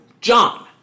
John